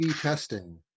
testing